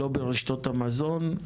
לא ברשתות המזון,